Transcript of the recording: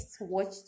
watched